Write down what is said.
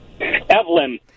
evelyn